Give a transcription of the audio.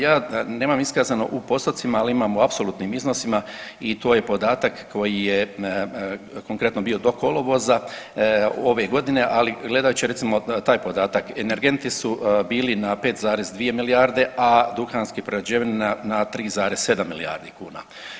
Ja nemam iskazano u postotcima, ali imam u apsolutnim iznosima i to je podatak koji je konkretno bio do kolovoza ove godine. ali gledajući recimo taj podatak, energenti su bili na 5,2 milijarde, a duhanske prerađevine na 3,7 milijarde kuna.